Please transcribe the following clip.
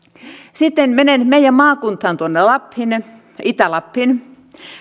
sitten menen meidän maakuntaan tuonne lappiin itä lappiin